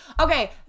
okay